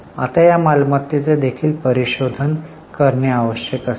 आता या मालमत्तेचे देखील परिशोधन करणे आवश्यक असते